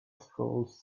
schools